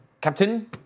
Captain